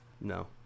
no